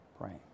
praying